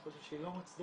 אני חושב שהיא לא מוצדקת,